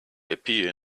appear